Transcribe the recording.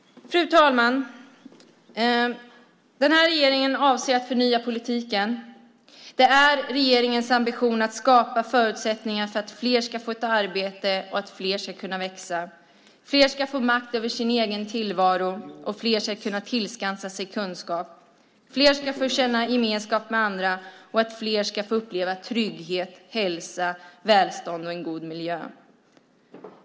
Fru talman! Den här regeringen avser att förnya politiken. Det är regeringens ambition att skapa förutsättningar för att flera ska få ett arbete och flera ska kunna växa. Flera ska få makt över sin egen tillvaro och flera ska kunna tillskansa sig kunskap. Flera ska få känna gemenskap med andra och flera ska få uppleva trygghet, hälsa, välstånd och en god miljö.